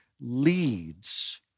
leads